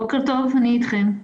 בוקר טוב, אני איתכם.